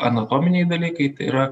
anatominiai dalykai tai yra